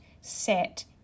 set